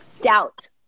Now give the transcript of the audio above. Doubt